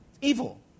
Evil